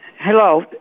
Hello